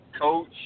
coach